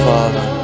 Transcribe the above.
Father